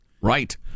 Right